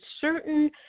certain